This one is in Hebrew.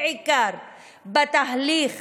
בעיקר בתהליך